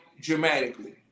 dramatically